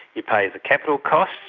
you pay the capital costs,